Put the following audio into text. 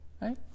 right